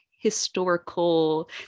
historical